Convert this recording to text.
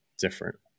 different